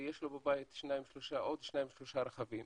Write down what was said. ויש לו בבית עוד שניים-שלושה רכבים